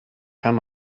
kann